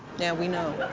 yeah, we know,